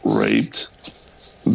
raped